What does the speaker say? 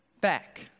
back